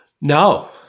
No